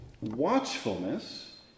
Watchfulness